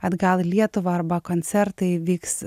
atgal į lietuvą arba koncertai vyks